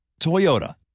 Toyota